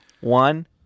One